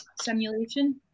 simulation